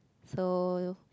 so